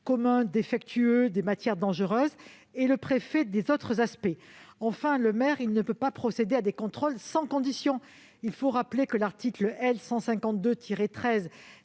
communs défectueux, des matières dangereuses et le préfet des autres aspects. Enfin, le maire ne peut pas procéder à des contrôles sans condition. L'article L. 152-13